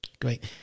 Great